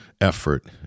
effort